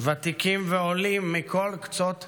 ותיקים ועולים מכל קצות תבל.